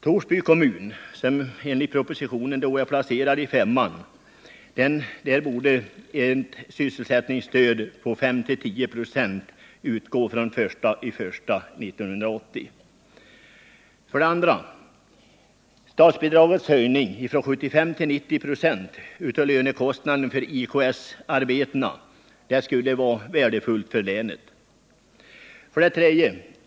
Torsby kommun, som enligt propositionen är placerad i klass 5, borde få ett sysselsättningsstöd på 5—10 96 fr.o.m. den 1 januari 1980. 2. En statsbidragshöjning från 75 till 90 96 av lönekostnaden för IKS arbeten skulle vara värdefull för länet. 3.